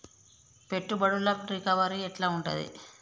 పెట్టుబడుల రికవరీ ఎట్ల ఉంటది?